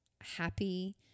happy